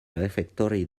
refectori